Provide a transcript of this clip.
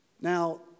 now